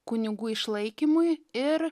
kunigų išlaikymui ir